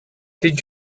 did